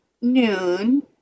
noon